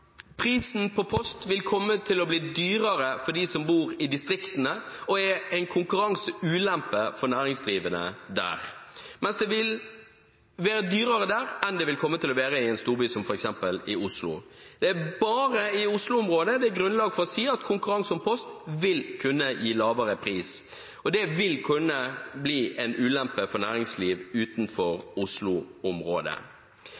Prisen på post vil komme til å bli dyrere for dem som bor i distriktene, og er en konkurranseulempe for næringsdrivende der. Det vil være dyrere der enn det vil komme til å være i en storby som f.eks. Oslo. Det er bare i Oslo-området det er grunnlag for å si at konkurranse om post vil kunne gi lavere pris. Det vil kunne bli en ulempe for næringsliv utenfor